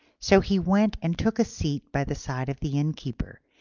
so he went and took a seat by the side of the innkeeper,